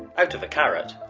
out of a carrot.